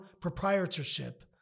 proprietorship